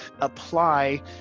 apply